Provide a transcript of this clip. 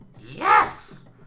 YES